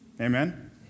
Amen